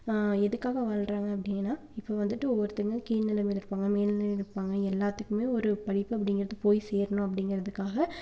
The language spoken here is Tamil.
எதுக்காக வாழ்கிறாங்க அப்படின்னா இப்போ வந்துட்டு ஒவ்வொருத்தவங்கள் கீழ் நிலைமயில இருப்பாங்கள் மேல் நிலைமையில இருப்பாங்கள் எல்லாத்துக்குமே ஒரு படிப்பு அப்படிங்கிறது போய் சேரணும் அப்படிங்கிறதுக்காக